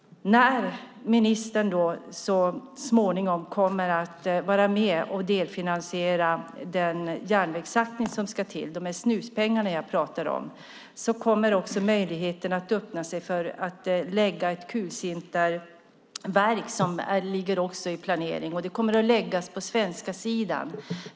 När ministern så småningom kommer att vara med och delfinansiera den järnvägssatsning som ska till, alltså de snuspengar jag pratar om, kommer också möjligheten att öppna sig för ett kulsinterverk, som också ligger i planeringen. Det kommer att läggas på den svenska sidan.